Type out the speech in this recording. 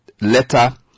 letter